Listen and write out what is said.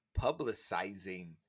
publicizing